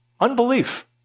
unbelief